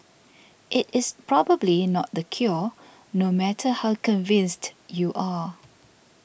it is probably not the cure no matter how convinced you are